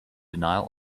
denial